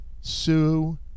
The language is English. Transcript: Sue